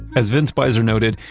as vince speiser noted,